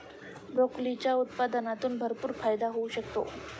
ब्रोकोलीच्या उत्पादनातून भरपूर फायदा होऊ शकतो